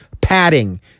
Padding